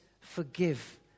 forgive